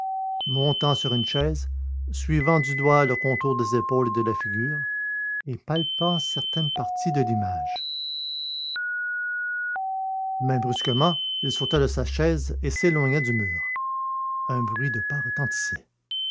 montant sur une chaise suivant du doigt le contour des épaules et de la figure et palpant certaines parties de l'image mais brusquement il sauta de sa chaise et s'éloigna du mur un bruit de pas retentissait